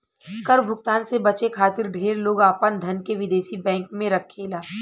कर भुगतान से बचे खातिर ढेर लोग आपन धन के विदेशी बैंक में रखेला